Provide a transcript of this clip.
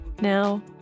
Now